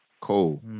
Cool